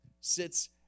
sits